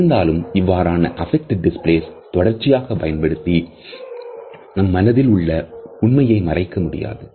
இருந்தாலும் இவ்வாறான affect displays தொடர்ச்சியாக பயன்படுத்தி என் மனதில் உள்ள உண்மையை மறைக்க முடியாது